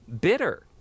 bitter